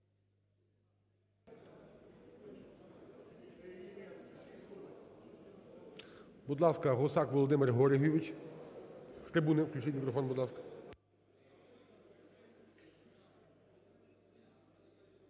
Будь ласка, Гусак Володимир Георгійович. З трибуни включіть мікрофон, будь ласка.